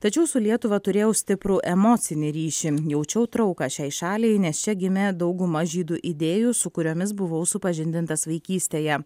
tačiau su lietuva turėjau stiprų emocinį ryšį jaučiau trauką šiai šaliai nes čia gimė dauguma žydų idėjų su kuriomis buvau supažindintas vaikystėje